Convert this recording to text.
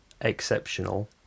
exceptional